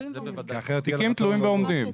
תיקים תלויים ועומדים.